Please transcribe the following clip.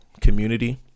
community